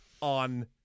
on